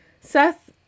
Seth